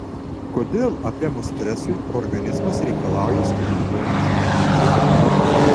kodėl apėmus stresui organizmas reikalauja stimuliuojančių medžiagų